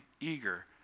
eager